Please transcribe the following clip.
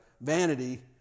vanity